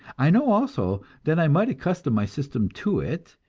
i know also that i might accustom my system to it,